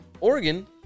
Oregon